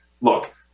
Look